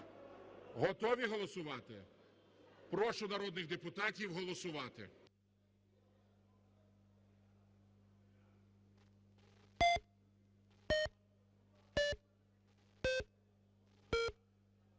Готові голосувати? Прошу народних депутатів голосувати.